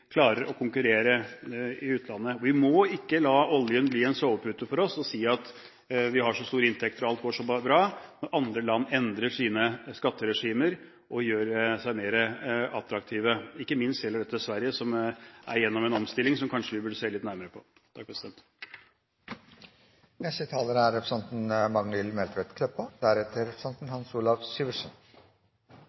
klarer å konkurrere i utlandet. Vi må ikke la oljen bli en sovepute for oss og si at vi har så store inntekter, og at alt går så bra, når andre land endrer sine skatteregimer og gjør seg mer attraktive – ikke minst gjelder dette Sverige, som er igjennom en omstilling som vi kanskje burde se litt nærmere på. Noreg har eit svært høgt kostnadsnivå, mange innanfor vårt tradisjonelle næringsliv slit. Så er